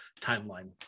timeline